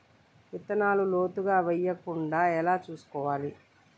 విత్తనాలు లోతుగా వెయ్యకుండా ఎలా చూసుకోవాలి?